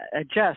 adjust